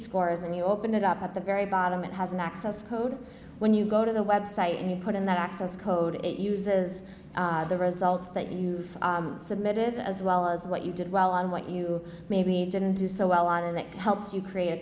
scores and you open it up at the very bottom and has an access code when you go to the website and you put in that access code eight uses the results that you've submitted as well as what you did well on what you maybe didn't do so well on and that helps you crea